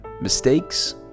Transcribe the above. mistakes